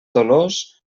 dolors